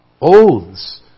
Oaths